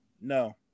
No